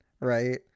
right